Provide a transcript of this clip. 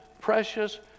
precious